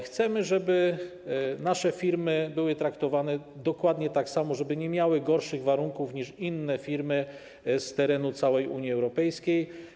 Chcemy, żeby nasze firmy były traktowane dokładnie tak samo, żeby nie miały gorszych warunków niż inne firmy z terenu całej Unii Europejskiej.